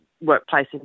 workplace